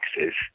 Texas